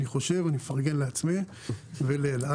לדעתי אני מפרגן לעצמי ולאלעד.